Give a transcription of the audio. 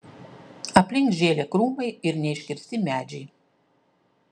aplink žėlė krūmai ir neiškirsti medžiai